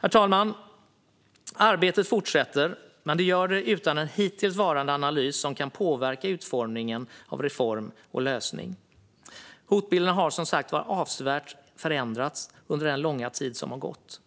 Herr talman! Arbetet fortsätter - men hittills utan en analys som kan påverka utformningen av reform och lösning. Hotbilden har som sagt förändrats avsevärt under den långa tid som gått.